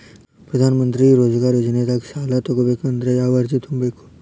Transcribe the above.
ಪ್ರಧಾನಮಂತ್ರಿ ರೋಜಗಾರ್ ಯೋಜನೆದಾಗ ಸಾಲ ತೊಗೋಬೇಕಂದ್ರ ಯಾವ ಅರ್ಜಿ ತುಂಬೇಕು?